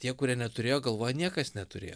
tie kurie neturėjo galvoja niekas neturėjo